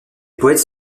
poètes